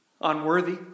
unworthy